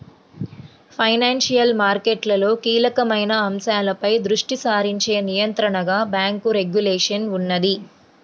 financial మార్కెట్లలో కీలకమైన అంశాలపై దృష్టి సారించే నియంత్రణగా బ్యేంకు రెగ్యులేషన్ ఉన్నది